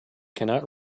cannot